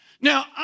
Now